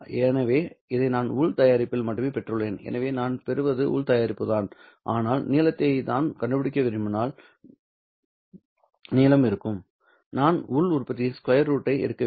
எனவே இதை நான் உள் தயாரிப்பில் மட்டுமே பெற்றுள்ளேன் எனவே நான் பெறுவது உள் தயாரிப்புதான் ஆனால் நீளத்தை நான் கண்டுபிடிக்க விரும்பினால் நீளம் இருக்கும் நான் உள் உற்பத்தியின் ஸ்கொயர் ரூட்டை எடுக்க வேண்டும்